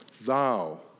thou